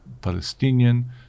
Palestinian